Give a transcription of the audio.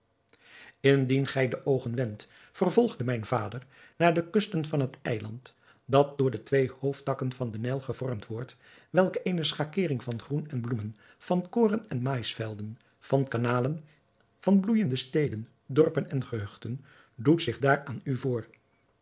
indien gij de oogen wendt vervolgde mijn vader naar de kusten van het eiland dat door de twee hoofdtakken van den nijl gevormd wordt welk eene schakering van groen en bloemen van koren en maïsvelden van kanalen van bloeijende steden dorpen en gehuchten doet zich daar aan u voor